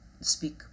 speak